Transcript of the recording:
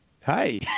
hi